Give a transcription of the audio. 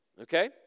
okay